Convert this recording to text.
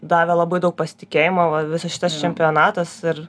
davė labai daug pasitikėjimo va visas šitas čempionatas ir